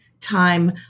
time